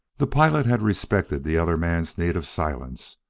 the pilot had respected the other man's need of silence,